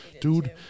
dude